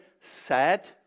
sad